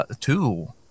Two